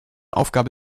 aufgabe